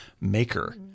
maker